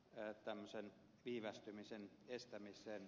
näyttämisen viivästymisen estämisen